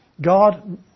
God